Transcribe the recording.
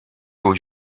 aux